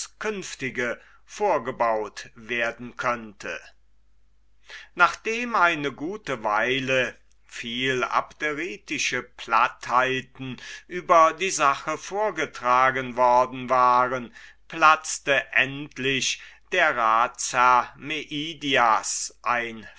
künftige vorgebaut werden könnte nachdem eine gute weile viel abderitische plattheiten über die sache vorgetragen worden waren platzte endlich der ratsherr meidias ein